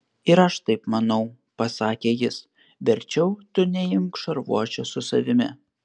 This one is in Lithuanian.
ir aš taip manau pasakė jis verčiau tu neimk šarvuočio su savimi